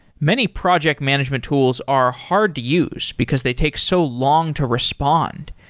many project management tools are hard to use because they take so long to respond,